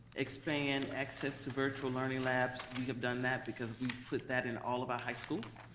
expand access to virtual learning labs, we have done that, because we put that in all of our high schools.